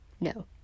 No